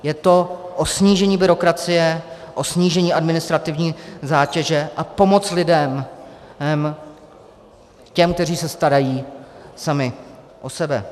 Je to o snížení byrokracie, o snížení administrativní zátěže a pomoci lidem, těm, kteří se starají sami o sebe.